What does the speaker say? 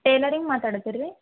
tailoring ಮಾತಾಡ್ತಿರ ರೀ